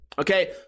okay